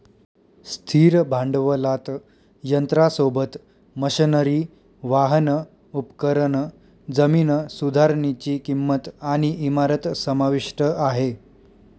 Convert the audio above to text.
स्थिर भांडवलात यंत्रासोबत, मशनरी, वाहन, उपकरण, जमीन सुधारनीची किंमत आणि इमारत समाविष्ट आहे